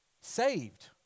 saved